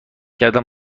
کردم